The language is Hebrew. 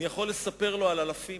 אני יכול לספר לו על אלפים,